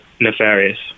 nefarious